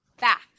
back